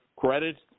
Credit